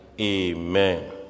Amen